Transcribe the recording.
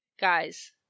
guys